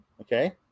Okay